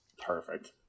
Perfect